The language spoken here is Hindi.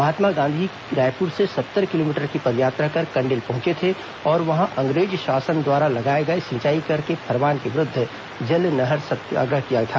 महात्मा गांधी रायपूर से सत्तर किलोमीटर की पदयात्रा कर कंडेल पहुंचे थे और वहां अंग्रेजी शासन द्वारा लगाए गए सिंचाई कर े के फरमान के विरुद्व जल नहर सत्याग्रह किया था